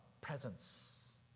presence